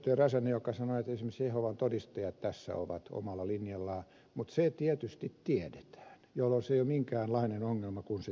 räsänen joka sanoi että esimerkiksi jehovan todistajat tässä ovat omalla linjallaan mutta se tietysti tiedetään jolloin se ei ole minkäänlainen ongelma kun se tiedetään